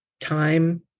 time